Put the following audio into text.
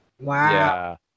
Wow